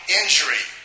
injury